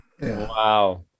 Wow